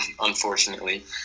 unfortunately